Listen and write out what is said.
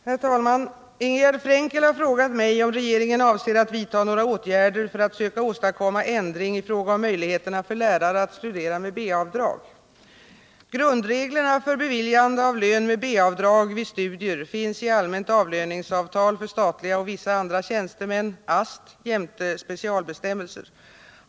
Herr talman! Ingegärd Frenkel har frågat mig om regeringen avser att vidta några åtgärder för att söka åstadkomma ändring i fråga om möjligheterna för lärare att studera med B-avdrag. Grundreglerna för beviljande av lön med B-avdrag vid studier finns i Allmänt avlöningsavtal för statliga och vissa andra tjänstemän jämte specialbestämmelser.